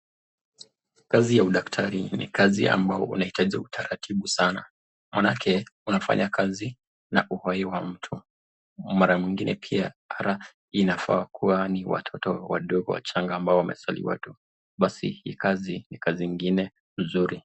Kazi ya udaktari ni kazi ambao inahitaji utaratibu sana maana yake unafanya kazi na uhai wa mtu. Mara mwingine pia ata inafaa kuwa ni watoto wadogo wachanga ambao wamezaliwa tu basi hii kazi ni kazi ingine mzuri.